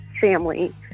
family